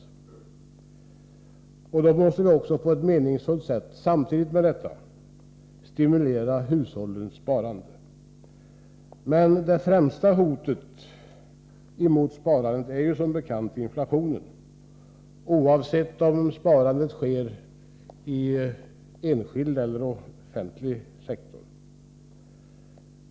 Samtidigt med detta måste vi också på ett meningsfullt sätt stimulera hushållens sparande. Det främsta hotet mot sparandet är som bekant inflationen, oavsett om sparandet sker i enskild eller offentlig sektor.